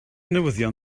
newyddion